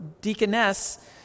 deaconess